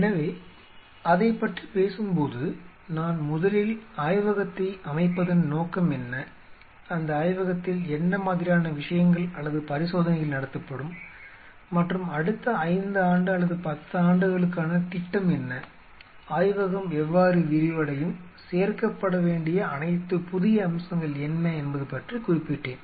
எனவே அதைப் பற்றிப் பேசும் போது நான் முதலில் ஆய்வகத்தை அமைப்பதன் நோக்கம் என்ன அந்த ஆய்வகத்தில் என்ன மாதிரியான விஷயங்கள் அல்லது பரிசோதனைகள் நடத்தப்படும் மற்றும் அடுத்த 5 ஆண்டு அல்லது 10 ஆண்டுகளுக்கான திட்டம் என்ன ஆய்வகம் எவ்வாறு விரிவடையும் சேர்க்கப்பட வேண்டிய அனைத்து புதிய அம்சங்கள் என்ன என்பது பற்றி குறிப்பிட்டேன்